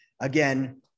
again